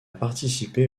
participé